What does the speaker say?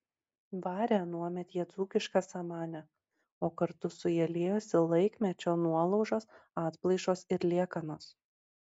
varė anuomet jie dzūkišką samanę o kartu su ja liejosi laikmečio nuolaužos atplaišos ir liekanos